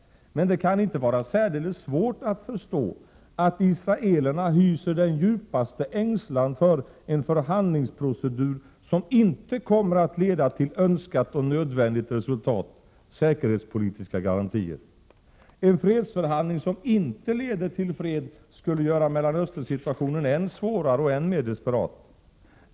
Men det kan inte vara särdeles svårt att förstå att israelerna hyser den djupaste ängslan för en förhandlingsprocedur som inte kommer att leda till önskat och nödvändigt resultat, dvs. säkerhetspolitiska garantier. En fredsförhandling som inte leder till fred skulle göra Mellanösternsituationen än svårare och än mer desperat.